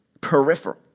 peripheral